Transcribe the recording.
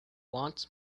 wants